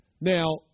Now